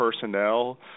personnel